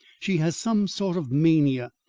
she has some sort of mania.